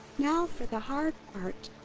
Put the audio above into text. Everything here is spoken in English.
now for the hard part.